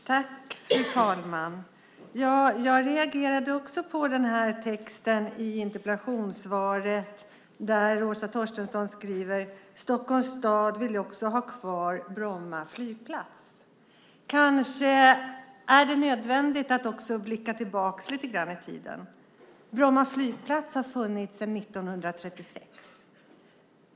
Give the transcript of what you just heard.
Fru talman! Jag reagerade också på texten i interpellationssvaret. Åsa Torstensson skriver: "Stockholms stad vill också ha kvar Bromma flygplats." Kanske är det nödvändigt att också blicka tillbaka lite grann i tiden. Bromma flygplats har funnits sedan 1936.